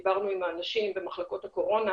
דיברנו עם אנשים במחלקות הקורונה,